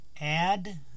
Add